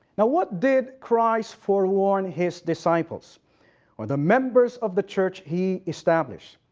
now what did christ forewarn his disciples or the members of the church he established?